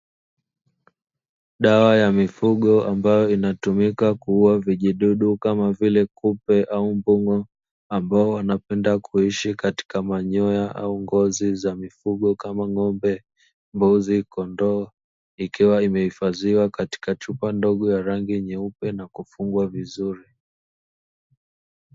Dawa ya mifugo ambayo inatumika kuuwa vijidudu kama vile kupe au mbung'o ambao wanapenda kushi katika manyoya au ngozi za mifugo kama; ng'ombe, mbuzi, kondoo ikiwa imehifadhiwa katika chupa ndogo ya rangi nyeupe na kufungwa vizuri.